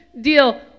deal